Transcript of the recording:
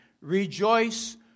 Rejoice